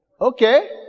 Okay